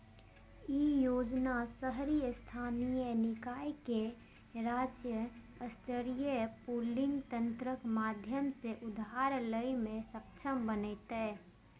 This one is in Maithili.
ई योजना शहरी स्थानीय निकाय कें राज्य स्तरीय पूलिंग तंत्रक माध्यम सं उधार लै मे सक्षम बनेतै